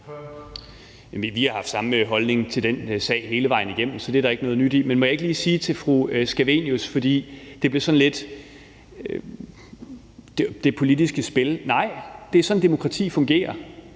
Vi har haft den samme holdning til den sag hele vejen igennem. Så det er der ikke noget nyt i. Men må jeg ikke lige sige noget til fru Theresa Scavenius, for der blev sådan nævnt noget om det politiske spil. Nej, det er sådan, et demokrati fungerer,